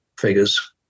figures